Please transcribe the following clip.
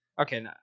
Okay